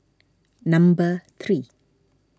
number three